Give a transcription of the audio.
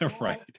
Right